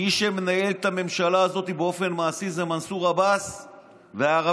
מי שמנהל את הממשלה הזאת באופן מעשי זה מנסור עבאס והערבים,